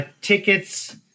tickets